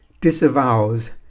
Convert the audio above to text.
disavows